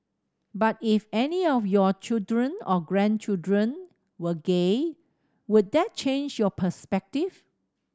but if any of your children or grandchildren were gay would that change your perspective